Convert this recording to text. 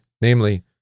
namely